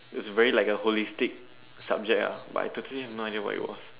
it was very like a holistic subject ah but I totally have no idea what it was